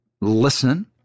listening